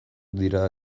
dira